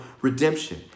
redemption